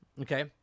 Okay